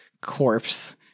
corpse